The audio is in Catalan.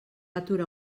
aturar